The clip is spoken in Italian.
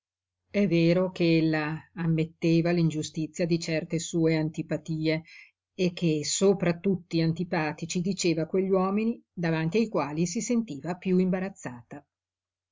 è vero che ella ammetteva l'ingiustizia di certe sue antipatie e che sopra tutti antipatici diceva quegli uomini davanti ai quali si sentiva piú imbarazzata